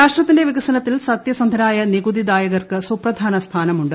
രാഷ്ട്രത്തിന്റെ വികസനത്തിൽ സത്യസന്ധരായ നികുതിദായകർക്ക് സുപ്രധാ നസ്ഥാനമുണ്ട്